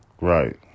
Right